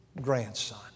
grandson